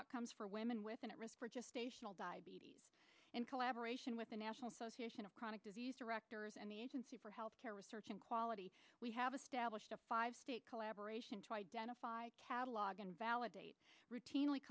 outcomes for women with an at risk for just station all diabetes in collaboration with the national association of chronic disease directors and the agency for health care research and quality we have established a five state collaboration to identify catalog and validate routinely